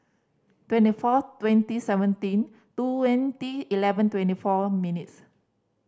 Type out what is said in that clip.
twenty fourth twenty seventeen twenty eleven twenty four minutes